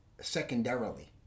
Secondarily